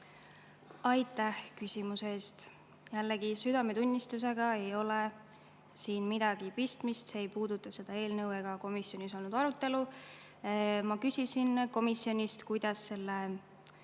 Aitäh küsimuse eest! Jällegi, südametunnistusega ei ole siin midagi pistmist, see ei puuduta seda eelnõu ega komisjonis olnud arutelu. Ma küsisin komisjonist, kuidas selle